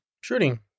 Shooting